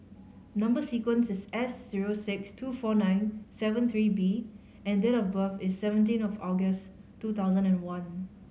number sequence is S zero six two four nine seven three B and date of birth is seventeen of August two thousand and one